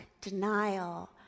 denial